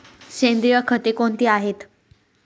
सेंद्रिय खते कोणती आहेत?